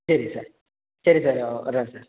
சரி சார் சரி சார் வர்றேன் சார்